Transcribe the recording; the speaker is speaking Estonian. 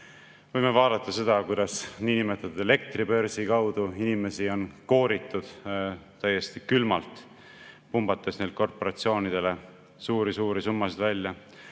võime vaadata seda, kuidas niinimetatud elektribörsi kaudu on inimesi kooritud täiesti külmalt, pumbates neilt korporatsioonide heaks suuri summasid välja.